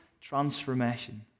transformation